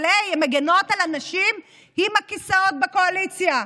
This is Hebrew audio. אבל הן מגינות על הנשים עם הכיסאות בקואליציה,